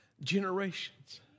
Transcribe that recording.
generations